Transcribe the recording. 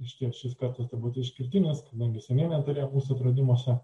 išties šis kartas turbūt išskirtinis kadangi seniai beturėjom mūsų atradimuose